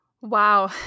Wow